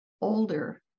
older